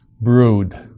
Brood